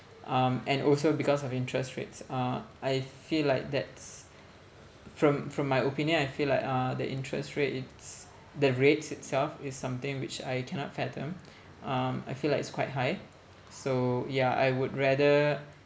um and also because of interest rates uh I feel like that's from from my opinion I feel like uh the interest rate it's the rates itself is something which I cannot fathom um I feel like it's quite high so ya I would rather